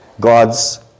God's